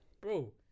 bro